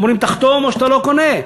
אומרים: תחתום או שאתה לא קונה.